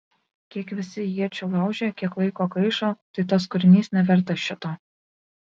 kiek visi iečių laužė kiek laiko gaišo tai tas kūrinys nevertas šito